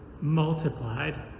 multiplied